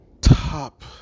top